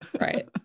Right